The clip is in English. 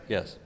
Yes